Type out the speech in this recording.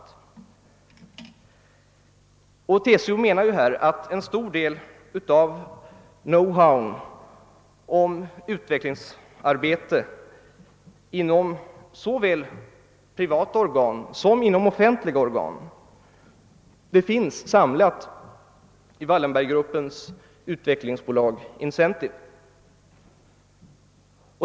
TCO menar att en stor know-how om utvecklingsarbetet inom såväl offentliga organ som privata företag finns samlad i Wallenberggruppens utvecklingsbolag Incentive.